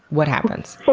what happens?